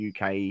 UK